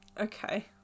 Okay